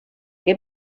que